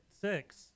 six